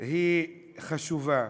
היא חשובה.